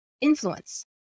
influence